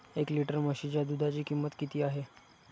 एक लिटर म्हशीच्या दुधाची किंमत किती आहे?